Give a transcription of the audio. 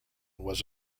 was